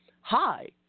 Hi